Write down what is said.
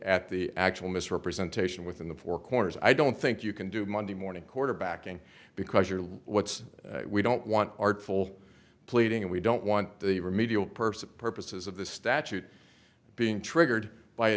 at the actual misrepresentation within the four corners i don't think you can do monday morning quarterbacking because you're like what's we don't want artful pleading we don't want the remedial person purposes of the statute being triggered by